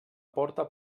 porta